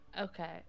okay